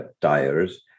tires